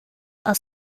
are